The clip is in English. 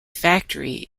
factory